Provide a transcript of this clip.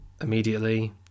immediately